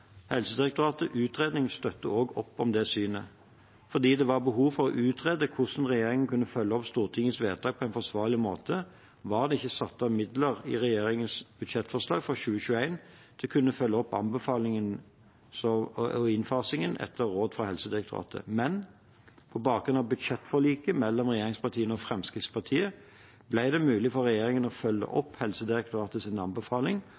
utredning støtter også opp om det synet. Fordi det var behov for å utrede hvordan regjeringen kunne følge opp Stortingets vedtak på en forsvarlig måte, var det ikke satt av midler i regjeringens budsjettforslag for 2021 til å kunne følge opp anbefalingene og innfasingen etter råd fra Helsedirektoratet, men på bakgrunn av budsjettforliket mellom regjeringspartiene og Fremskrittspartiet ble det mulig for regjeringen å følge opp Helsedirektoratets anbefaling